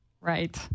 Right